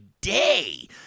day